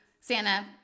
Santa